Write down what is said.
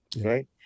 right